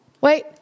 Wait